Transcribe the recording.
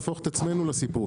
שלא להפוך את עצמנו לסיפור,